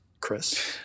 Chris